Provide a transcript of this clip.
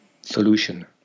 solution